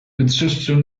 wytrzeszczył